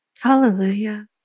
Hallelujah